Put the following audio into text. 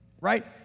right